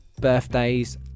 birthdays